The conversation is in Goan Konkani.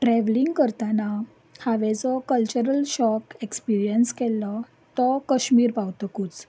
ट्रॅवलिंग करतना हांवें जो क्लचरल शॉक एक्सपिरियन्स केल्लो तो कश्मीर पावतकूच